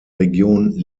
region